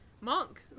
monk